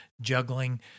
juggling